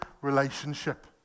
relationship